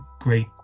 great